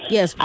Yes